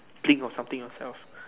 think of something yourself